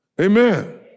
Amen